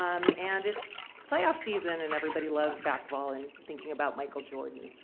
um and it's playoff season and everybody loves basketball and thinking about michael jordan.